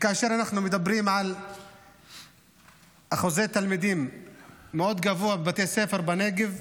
כאשר אנחנו מדברים על שיעור תלמידים מאוד גבוה בבתי ספר בנגב,